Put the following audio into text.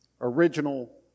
original